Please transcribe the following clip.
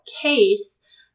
case